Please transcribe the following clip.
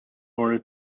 order